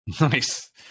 Nice